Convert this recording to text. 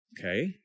Okay